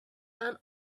and